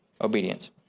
obedience